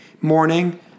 morning